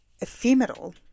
ephemeral